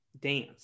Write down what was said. dance